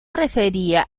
refería